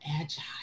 Agile